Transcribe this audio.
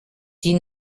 die